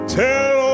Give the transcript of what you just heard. tell